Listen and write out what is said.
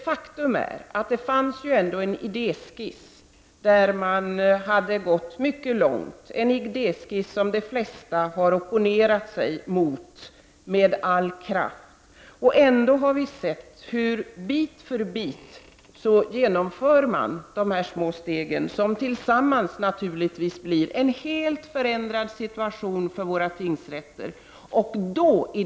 Faktum är att det ändå fanns en idéskiss där man hade gått mycket långt, en idéskiss som de flesta har opponerat sig mot med all kraft. Ändå har vi sett hur man bit för bit genomför de här små stegen som tillsammans naturligtvis gör att det blir en helt förändrad situation för våra tingsrätter.